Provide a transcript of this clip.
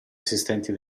assistenti